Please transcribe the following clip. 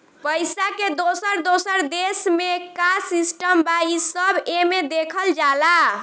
पइसा के दोसर दोसर देश मे का सिस्टम बा, ई सब एमे देखल जाला